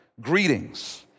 greetings